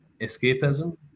Escapism